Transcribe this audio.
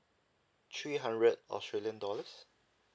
three hundred australian dollars